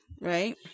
right